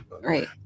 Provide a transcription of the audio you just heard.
Right